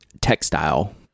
textile